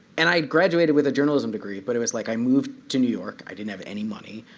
and i graduated with a journalism degree. but it was like i moved to new york. i didn't have any money.